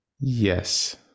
Yes